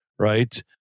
right